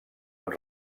amb